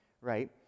right